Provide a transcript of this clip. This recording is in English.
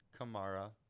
Kamara